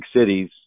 cities